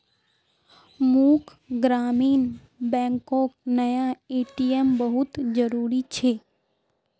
मोक ग्रामीण बैंकोक नया ए.टी.एम बहुत जरूरी छे